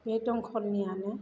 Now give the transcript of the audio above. बे दमखलनियानो